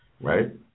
right